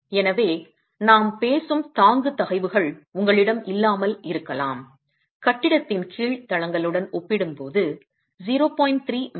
எனவே நாம் பேசும் தாங்கு தகைவுகள் உங்களிடம் இல்லாமல் இருக்கலாம் கட்டிடத்தின் கீழ் தளங்களுடன் ஒப்பிடும்போது 0